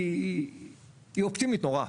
היא אופטימית נורא.